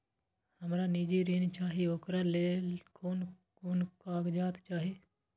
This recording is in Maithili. हमरा निजी ऋण चाही ओकरा ले कोन कोन कागजात चाही?